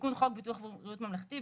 תיקון חוק ביטוח בריאות ממלכתי,